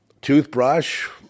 Toothbrush